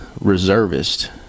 reservist